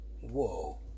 whoa